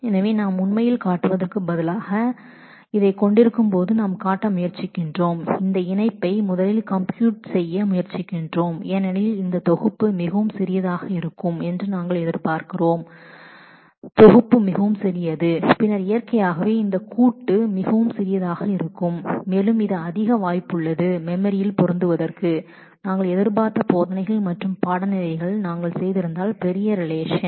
எனவே நாம் உண்மையில் காட்டுவதற்குப் பதிலாக இதைக் கொண்டிருக்கும்போது நாம் காட்ட முயற்சிக்கிறோம் இந்த இணைப்பை முதலில் கம்ப்யூட் செய்ய முயற்சிக்கிறோம் ஏனெனில் இந்த செட் மிகவும் சிறியதாக இருக்கும் என்று நாங்கள் எதிர்பார்க்கிறோம் செட் மிகவும் சிறியது பின்னர் இயற்கையாகவே இந்த ஜாயின் மிகவும் சிறியதாக இருக்கும் மேலும் இது அதிக வாய்ப்புள்ளது மெமரியில் பொருந்துவதற்கு நாங்கள் எதிர்பார்த்த போதனைகள் மற்றும் பாடநெறிகளை நாங்கள் செய்திருந்தால் இது பெரிய ரிலேஷன்